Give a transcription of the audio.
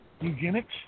Eugenics